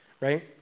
Right